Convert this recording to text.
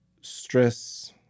stress